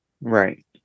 right